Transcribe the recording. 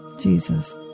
Jesus